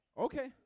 Okay